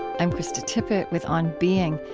i'm krista tippett with on being.